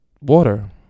water